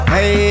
Hey